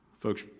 Folks